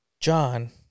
John